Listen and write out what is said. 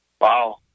Wow